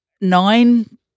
nine